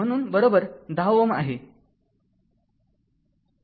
म्हणून १० Ω आहे